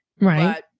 right